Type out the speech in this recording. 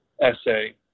essay